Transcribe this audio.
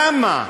כמה?